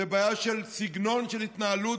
זו בעיה של סגנון של התנהלות,